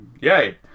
yay